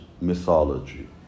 mythology